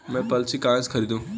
मैं पॉलिसी कहाँ से खरीदूं?